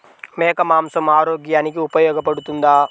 మేక మాంసం ఆరోగ్యానికి ఉపయోగపడుతుందా?